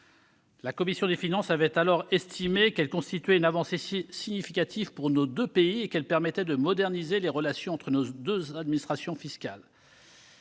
La commission des finances avait alors estimé que cette convention constituait une avancée significative pour nos deux pays et qu'elle permettait de moderniser les relations entre nos deux administrations fiscales.